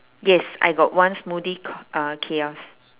yes I got one smoothie k~ uh kiosk